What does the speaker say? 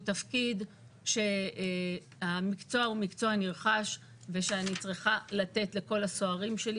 הוא תפקיד שהמקצוע הוא מקצוע נרכש ושאני צריכה לתת לכל הסוהרים שלי